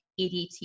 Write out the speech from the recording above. EDT